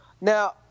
now